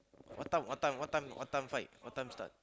what time what time what time find what time start